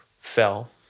fell